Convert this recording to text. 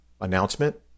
announcement